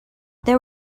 there